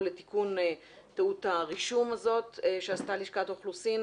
לתיקון טעות הרישום הזאת שעשתה לשכת האוכלוסין,